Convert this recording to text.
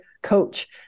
coach